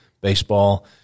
baseball